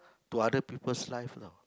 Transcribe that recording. to other people lives